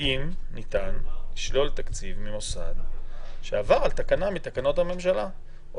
האם ניתן לשלול תקציב ממוסד שעבר על תקנה מתקנות הממשלה.